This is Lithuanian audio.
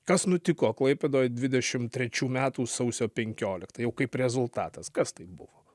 kas nutiko klaipėdoj dvidešim trečių metų sausio penkioliktą jau kaip rezultatas kas tai buvo